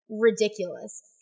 ridiculous